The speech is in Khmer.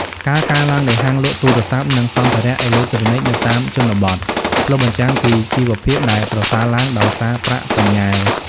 ការកើនឡើងនៃហាងលក់ទូរស័ព្ទ និងសម្ភារៈអេឡិចត្រូនិកនៅតាមជនបទ ឆ្លុះបញ្ចាំងពីជីវភាពដែលប្រសើរឡើងដោយសារប្រាក់បញ្ញើ។